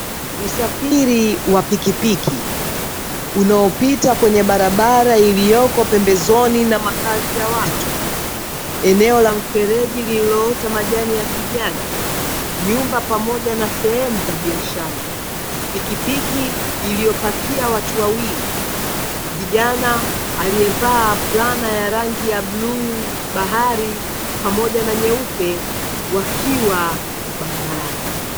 Usafiri wa pikipiki unaopita kwenye barabara iliyopo pembezoni na makazi ya watu. Eneo la mfereji lililoota majani ya kijani, nyumba pamoja na sehemu za baishara. Pikipiki iliyopakia watu wawili, vijana waliovaa fulana ya rangi ya bluu bahari pamoja na nyeupe wakiwa barabarani.